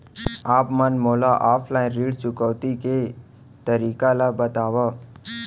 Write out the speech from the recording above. आप मन मोला ऑफलाइन ऋण चुकौती के तरीका ल बतावव?